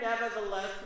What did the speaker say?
nevertheless